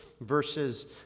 Verses